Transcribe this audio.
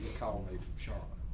callaway from charlotte,